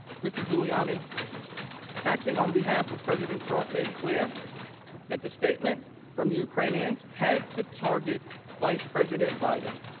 mr. giuliani acting on behalf of president trump made clear that the statement from ukrainian had to target vice president biden.